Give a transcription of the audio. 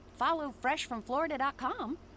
followfreshfromflorida.com